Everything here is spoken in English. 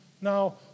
Now